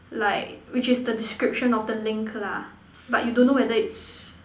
like which is the description of the link lah but you don't know whether its